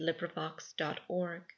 LibriVox.org